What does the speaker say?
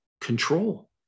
control